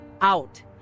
out